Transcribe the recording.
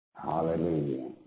hallelujah